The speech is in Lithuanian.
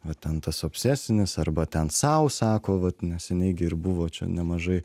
vat ten tas obsesinis arba ten sau sako vat neseniai gi ir buvo čia nemažai